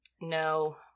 No